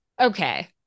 okay